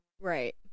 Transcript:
Right